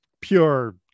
pure